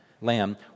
lamb